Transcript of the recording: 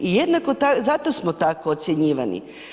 I jednako zato smo tako ocjenjivani.